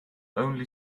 only